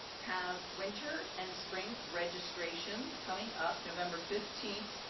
have winter and spring registration coming up, november fifteenth,